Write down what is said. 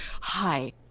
hi